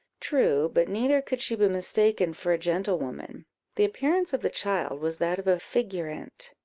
true but neither could she be mistaken for a gentlewoman the appearance of the child was that of a figurante,